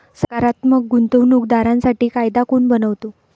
संस्थात्मक गुंतवणूक दारांसाठी कायदा कोण बनवतो?